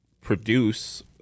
produce –